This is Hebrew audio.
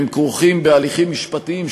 הם כרוכים בהליכים משפטיים,